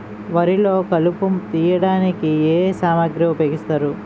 వరిలో కలుపు తియ్యడానికి ఏ ఏ సామాగ్రి ఉపయోగిస్తారు?